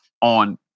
on